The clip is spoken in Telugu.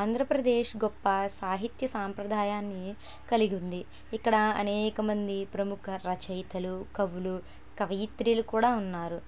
ఆంధ్రప్రదేశ్ గొప్ప సాహిత్య సాంప్రదాయాన్ని కలిగి ఉంది ఇక్కడ అనేక మంది ప్రముఖ రచయితలు కవులు కవయిత్రులు కూడా ఉన్నారు